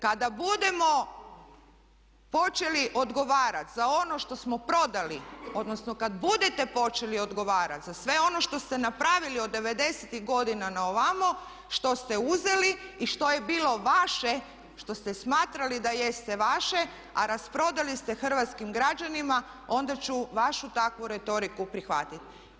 Kada budemo počeli odgovarati za ono što smo prodali, odnosno kad budete počeli odgovarati za sve ono što ste napravili od 90.tih godina na ovamo, što ste uzeli i što je bilo vaše što ste smatrali da jeste vaše a rasprodali ste hrvatskim građanima onda ću vašu takvu retoriku prihvatiti.